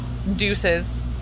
deuces